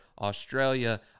Australia